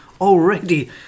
already